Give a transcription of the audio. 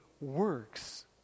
works